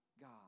God